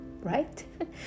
right